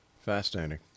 Fascinating